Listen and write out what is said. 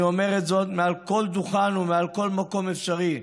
אני אומר זאת מעל כל דוכן ובכל מקום אפשרי.